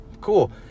cool